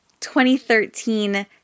2013